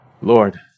Lord